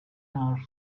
nurse